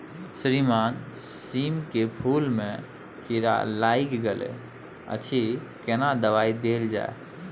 श्रीमान सीम के फूल में कीरा लाईग गेल अछि केना दवाई देल जाय?